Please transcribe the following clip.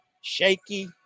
shaky